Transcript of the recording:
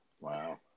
Wow